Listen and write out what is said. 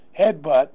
headbutt